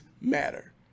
matter